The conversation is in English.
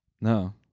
No